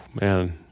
Man